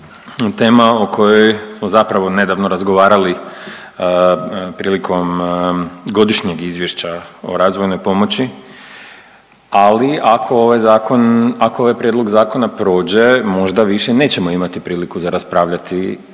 tema o kojoj smo zapravo nedavno razgovarali prilikom Godišnjeg izvješća o razvojnoj pomoći, ali ako ovaj zakon, ako ovaj prijedlog zakona prođe možda više nećemo imati priliku za raspravljati